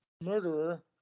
murderer